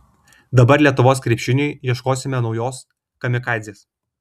dabar lietuvos krepšiniui ieškosime naujos kamikadzės